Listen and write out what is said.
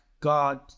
God